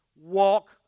Walk